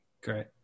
Great